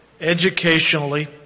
educationally